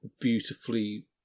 beautifully